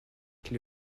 qui